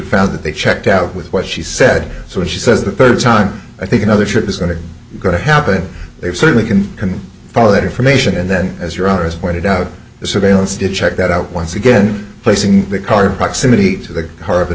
found that they checked out with what she said so she says the third time i think another trip is going to going to happen they certainly can follow that information and then as your own as pointed out the surveillance to check that out once again placing the car proximity to the